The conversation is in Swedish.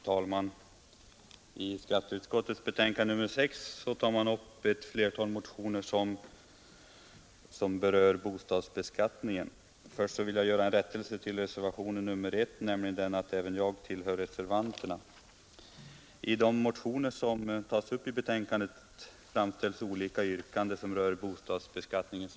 Herr talman! Den nu arbetande bostadsskattekommittén har endast ett alternativ att utreda, nämligen ett som blir neutralt i skattehänseende med hänsyn till bostadsformen.